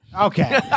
Okay